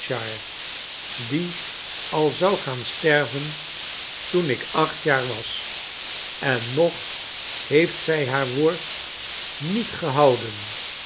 die al zou gaan sterven toen ik acht jaar was en nog heeft zij haar woord niet gehouden